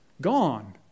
Gone